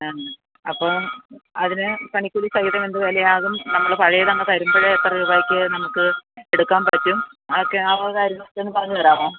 ആ അപ്പോൾ അതിന് പണിക്കൂലി സഹിതം എന്ത് വില ആകും നമ്മൾ പഴയത് അങ്ങു തരുമ്പോൾ എത്ര രൂപായ്ക്ക് നമുക്ക് എടുക്കാൻ പറ്റും അതൊക്കെ ആ വക കാര്യങ്ങളൊക്കെ ഒന്ന് പറഞ്ഞ് തരാമോ